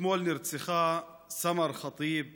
אתמול נרצחה סמר ח'טיב מיפו.